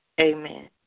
amen